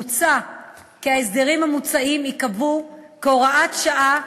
מוצע כי ההסדרים המוצעים ייקבעו כהוראת שעה